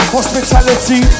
Hospitality